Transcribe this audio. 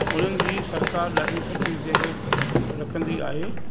उन्हनि जी सरकार ॾाढी सुठी देखरेख रखंदी आहे